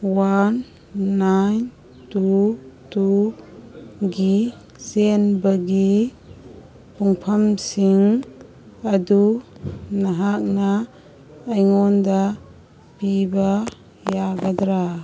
one nine two ꯇꯨꯒꯤ ꯆꯦꯟꯕꯒꯤ ꯄꯨꯡꯐꯝꯁꯤꯡ ꯑꯗꯨ ꯅꯍꯥꯛꯅ ꯑꯩꯉꯣꯟꯗ ꯄꯤꯕ ꯌꯥꯒꯗ꯭ꯔꯥ